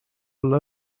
olla